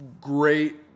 great